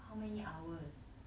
how many hours